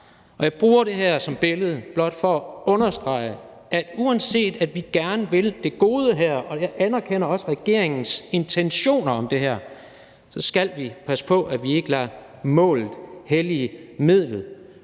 Jeg bruger det her som billede blot for at understrege, at vi, uanset at vi gerne vil det gode her – og jeg anerkender også regeringens intentioner om det her – skal passe på, at vi ikke lader målet hellige midlet,